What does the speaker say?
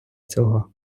цього